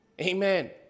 Amen